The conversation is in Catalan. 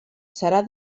serà